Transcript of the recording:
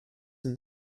and